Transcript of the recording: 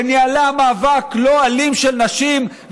וניהלה מאבק לא אלים של נשים.